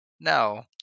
Now